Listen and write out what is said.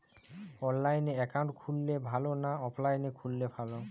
অনলাইনে একাউন্ট খুললে ভালো না অফলাইনে খুললে ভালো?